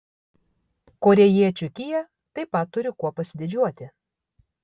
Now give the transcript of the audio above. korėjiečių kia taip pat turi kuo pasididžiuoti